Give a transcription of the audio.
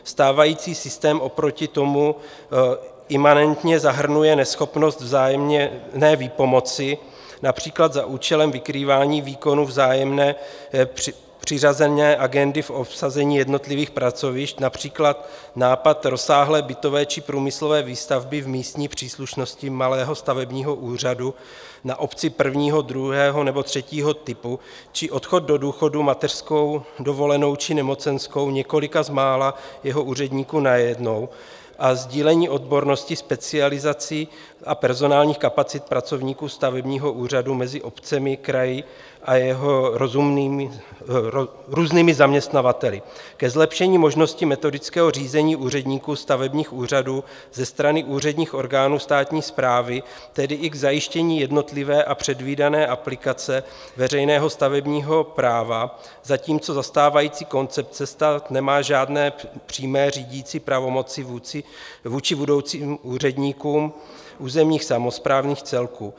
Stávající systém oproti tomu imanentně zahrnuje neschopnost vzájemné výpomoci, například za účelem vykrývání výkonů vzájemné přiřazené agendy v obsazení jednotlivých pracovišť, například nápad rozsáhlé bytové či průmyslové výstavby v místní příslušnosti malého stavebního úřadu na obci prvního, druhého nebo třetího typu či odchod do důchodu, mateřskou dovolenou či nemocenskou několika z mála jeho úředníků najednou a sdílení odbornosti specializací a personálních kapacit pracovníků stavebního úřadu mezi obcemi, kraji a jeho různými zaměstnavateli ke zlepšení možnosti metodického řízení úředníků stavebních úřadů ze strany úředních orgánů státní správy, tedy i k zajištění jednotlivé a předvídané aplikace veřejného stavebního práva, zatímco za stávající koncepce správa nemá žádné přímé řídící pravomoci vůči budoucím úředníků územních samosprávných celků.